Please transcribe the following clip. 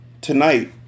Tonight